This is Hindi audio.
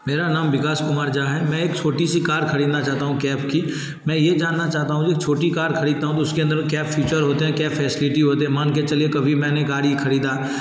मेरा नाम विकास कुमार झा है मैं एक छोटी सी कार खरीदना चाहता हूँ कैब की मैं ये जानना चाहता हूँ की मैं छोटी कार खरीदता हूँ तो उसके अन्दर क्या फ़ीचर होते हैं क्या फ़ैसलिटी होते हैं मान के चलिए कभी मैंने गाड़ी खरीदा